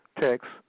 text